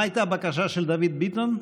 מה הייתה הבקשה של דוד ביטן?